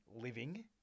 living